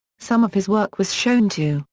some of his work was shown to,